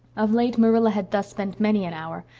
of late marilla had thus spent many an hour,